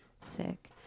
sick